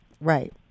Right